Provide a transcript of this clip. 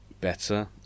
better